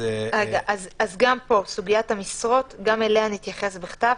גם פה, סוגיית המשרות גם אליה נתייחס בכתב.